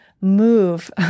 move